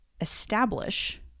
establish